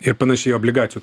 ir panašiai obligacijų